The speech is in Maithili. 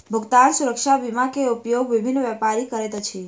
भुगतान सुरक्षा बीमा के उपयोग विभिन्न व्यापारी करैत अछि